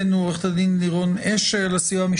ל מקרה של הסרת חיסיון בעניינו של קטין